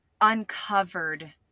uncovered